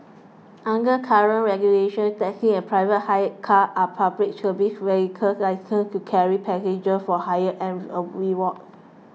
under current regulations taxis and private hire cars are Public Service vehicles licensed to carry passengers for hire and a reward